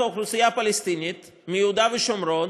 אוכלוסייה פלסטינית מיהודה ושומרון,